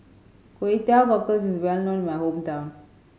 Kway Teow Cockles is well known in my hometown